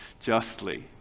justly